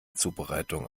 zubereitung